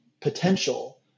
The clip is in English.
potential